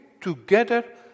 together